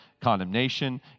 condemnation